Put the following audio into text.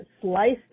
sliced